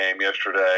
yesterday